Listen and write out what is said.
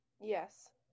Yes